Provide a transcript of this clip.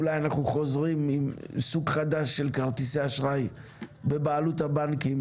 אולי אנחנו חוזרים עם סוג חדש של כרטיסי אשראי בבעלות הבנקים.